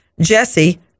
Jesse